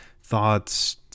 thoughts